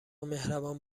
مهربان